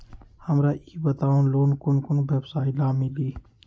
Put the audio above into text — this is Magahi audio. हमरा ई बताऊ लोन कौन कौन व्यवसाय ला मिली?